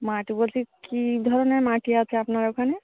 মাটি বলতে কী ধরনের মাটি আছে আপনার ওখানে